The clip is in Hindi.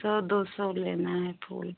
सौ दो सौ लेना है फूल